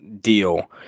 deal